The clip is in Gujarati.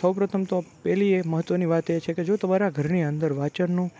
સૌપ્રથમ તો પહેલી એ મહત્ત્વની વાત એ છે કે જો તમારા ઘરની અંદર વાંચનનું